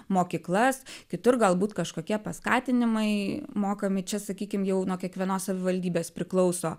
mokyklas kitur galbūt kažkokie paskatinimai mokami čia sakykim jau nuo kiekvienos savivaldybės priklauso